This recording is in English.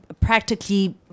practically